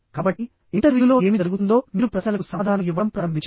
కాబట్టి ఇంటర్వ్యూలో ఏమి జరుగుతుందో మీరు ప్రశ్నలకు సమాధానం ఇవ్వడం ప్రారంభించారు